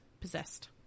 possessed